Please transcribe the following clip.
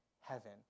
heaven